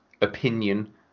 opinion